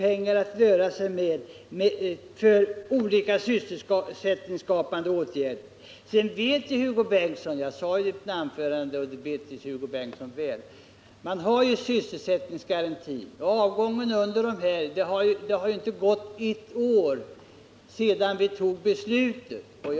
Jag pekade vidare i mitt anförande på sysselsättningsgarantin, vilken Hugo Bengtsson känner mycket väl till, liksom på att det inte har gått ett år sedan vi fattade beslut härom.